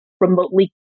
remotely